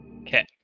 Okay